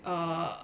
err